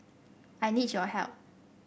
I need your help